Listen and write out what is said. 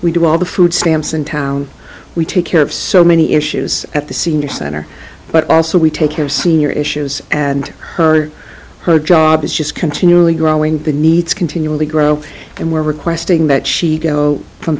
we do all the food stamps in town we take care of so many issues at the senior center but also we take care of senior issues and her job is just continually growing the needs continually grow and we're requesting that she go from